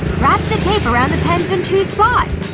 wrap the tape around the pens in two spots